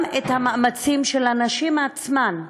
וגם את המאמצים של הנשים עצמן,